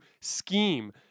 scheme